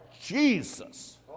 Jesus